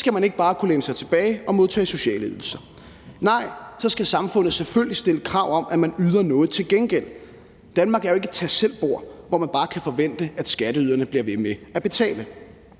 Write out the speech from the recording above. skal man ikke bare kunne læne sig tilbage og modtage sociale ydelser. Nej, så skal samfundet selvfølgelig stille krav om, at man yder noget til gengæld. Danmark er jo ikke et tag selv-bord, hvor man bare kan forvente, at skatteyderne bliver ved med at betale.